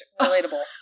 relatable